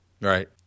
Right